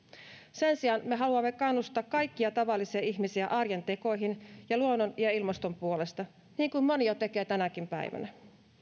sen sijaan me haluamme kannustaa kaikkia tavallisia ihmisiä arjen tekoihin luonnon ja ilmaston puolesta joita moni jo tekee tänäkin päivänä